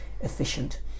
efficient